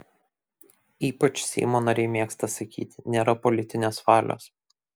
ypač seimo nariai mėgsta sakyti nėra politinės valios